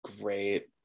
great